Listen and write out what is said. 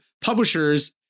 publishers